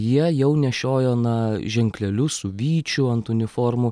jie jau nešiojo na ženklelius su vyčiu ant uniformų